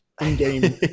in-game